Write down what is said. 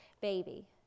baby